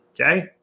Okay